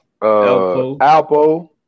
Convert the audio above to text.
Alpo